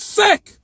sick